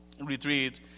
retreat